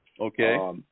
Okay